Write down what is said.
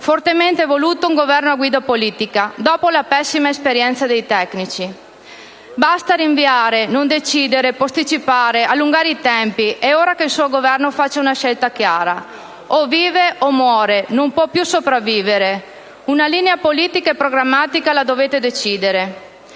fortemente voluto - un Governo a guida politica dopo la pessima esperienza dei tecnici. Basta rinviare, non decidere, posticipare, allungare i tempi. È ora che il suo Governo faccia una scelta chiara: o vive o muore. Non può più sopravvivere; una linea politica e programmatica la dovete decidere.